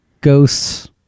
ghosts